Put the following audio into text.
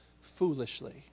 foolishly